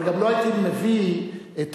בוודאי קשור לתרבות,